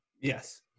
Yes